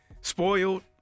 Spoiled